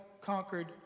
conquered